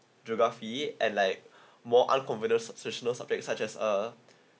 geography and like more uncovenant successional subject such as uh